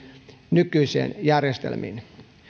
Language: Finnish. järjestelmiin